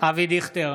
אבי דיכטר,